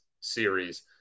series